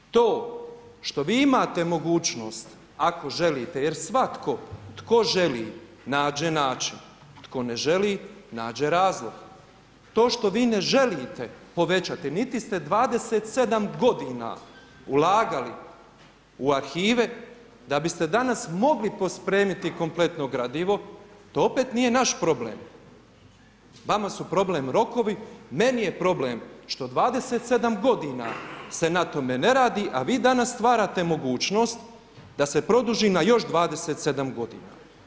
To što vi imate mogućnost ako želite jer svatko tko želi nađe način, tko ne želi nađe razlog, to što vi ne želite povećati niti ste 27 godina ulagali u arhive, da biste danas mogli pospremiti kompletno gradivo, to opet nije naš problem. vama su problem rokovi, meni je problem što 27 godina se na tome ne radi, a vi danas stvarate mogućnost da se produži na još 27 godina.